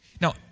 Now